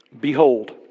Behold